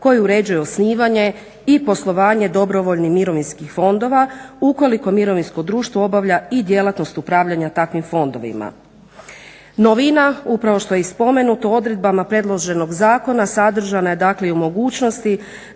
koji uređuje osnivanje i poslovanje dobrovoljnih mirovinskih fondova ukoliko mirovinsko društvo obavlja i djelatnost upravljanja takvim fondovima. Novina upravo što je i spomenuto odredbama predloženog zakona sadržana je dakle i u mogućnosti